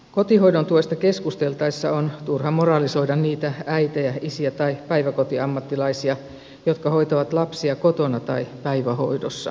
kotihoidon tuesta keskusteltaessa on turha moralisoida niitä äitejä isiä tai päiväkotiammattilaisia jotka hoitavat lapsia kotona tai päivähoidossa